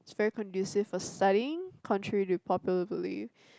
is very conducive for studying contrary to popular belief